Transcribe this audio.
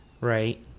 right